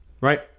right